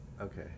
okay